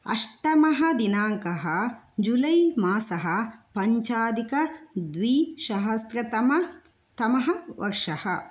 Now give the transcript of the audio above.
अष्टमः दिनाङ्कः जुलै मासः पञ्चाधिकद्विसहस्रतम तमः वर्षः